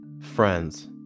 friends